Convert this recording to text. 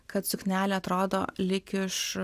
kad suknelė atrodo lyg iš